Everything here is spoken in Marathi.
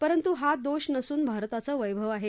परंतु हा दोष नसून भारताचं वैभव आहे